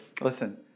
Listen